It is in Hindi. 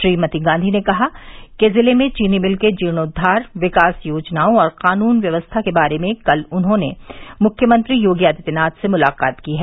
श्रीमती गांधी ने कहा कि ज़िले में चीनी मिल के जीर्णोद्वार विकास योजनाओं और कानून व्यवस्था के बारे में कल ही उन्होंने मुख्यमंत्री योगी आदित्यनाथ से मुलाकात की है